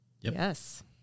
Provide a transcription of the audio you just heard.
Yes